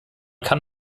kann